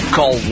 Call